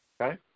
Okay